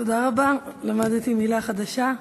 תודה רבה, למדתי מילה חדשה.